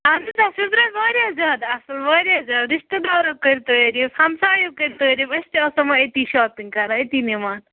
اَہن حظ آسہِ حظ درایہِ واریاہ زیادٕ اَصٕل واریاہ زیادٕ رِشتہٕ دارَُک کٔرۍ تٲریٖف ہَمسایو کٔرۍ تعٲریٖف أسۍ تہِ آسو وَنۍ أتہِ شاپِنٛگ کَران أتہِ نِِوان